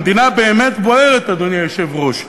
המדינה באמת בוערת, אדוני היושב-ראש.